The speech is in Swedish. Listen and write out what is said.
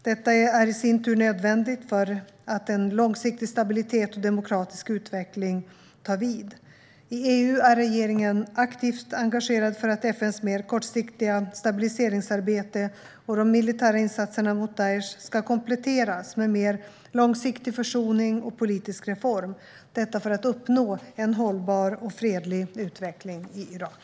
Detta är i sin tur nödvändigt för att en långsiktig stabilitet och demokratisk utveckling tar vid. I EU är regeringen aktivt engagerad för att FN:s mer kortsiktiga stabiliseringsarbete och de militära insatserna mot Daish ska kompletteras med mer långsiktig försoning och politisk reform. Detta för att uppnå en hållbar och fredlig utveckling i Irak.